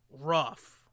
rough